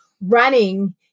running